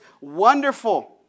wonderful